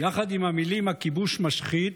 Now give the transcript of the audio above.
יחד עם המילים "הכיבוש משחית"